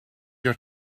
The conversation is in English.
your